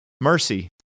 mercy